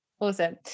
Awesome